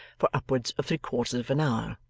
for upwards of three-quarters of an hour.